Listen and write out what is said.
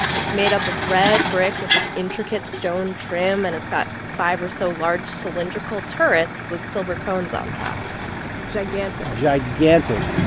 it's made up of red brick with this intricate stone trim and it's got five or so large cylindrical turrets with silver cones on top. it's gigantic. gigantic,